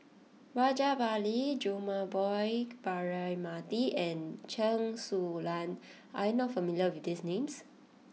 Rajabali Jumabhoy Braema Mathi and Chen Su Lan are you not familiar with these names